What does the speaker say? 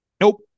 Nope